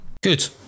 good